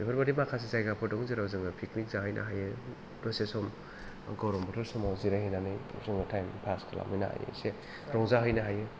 बेफोरबायदि माखासे जायगाफोर दं जेराव जोङो पिकनिक जाहैनो हायो दसे सम गरम बोथोर समाव जिरायहैनानै जोङो टाइम पास खालामहैनो हायो एसे रंजाहैनो हायो